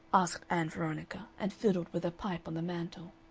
asked ann veronica, and fiddled with a pipe on the mantel.